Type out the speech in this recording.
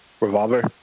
Revolver